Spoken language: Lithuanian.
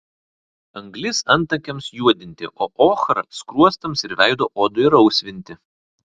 anglis antakiams juodinti o ochra skruostams ir veido odai rausvinti